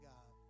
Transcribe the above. God